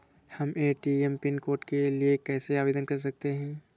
हम ATM PIN code के लिए कैसे आवेदन कर सकते हैं?